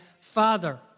Father